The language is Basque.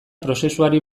prozesuari